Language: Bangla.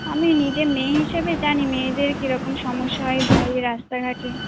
আমি নিজে মেয়ে হিসেবে জানি মেয়েদের কীরকম সমস্যা হয় এ বাইরে রাস্তাঘাটে